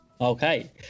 Okay